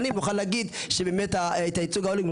עוד 10 שנים יכול להיות שנגיד שלא צריך יותר את הייצוג ההולם.